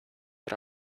but